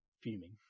fuming